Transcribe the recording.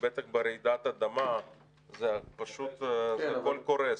שבטח ברעידת אדמה פשוט הכול קורס.